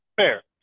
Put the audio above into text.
fair